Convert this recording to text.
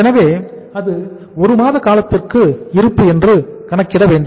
எனவே அது ஒரு மாத காலத்திற்கு இருப்பு என்று கணக்கிட வேண்டும்